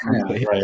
right